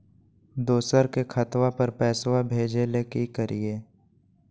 दोसर के खतवा पर पैसवा भेजे ले कि करिए?